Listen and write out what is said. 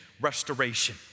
restoration